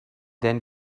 then